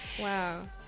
Wow